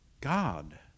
God